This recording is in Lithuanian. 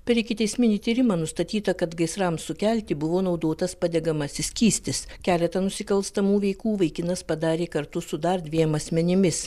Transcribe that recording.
per ikiteisminį tyrimą nustatyta kad gaisrams sukelti buvo naudotas padegamasis skystis keletą nusikalstamų veikų vaikinas padarė kartu su dar dviem asmenimis